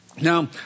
Now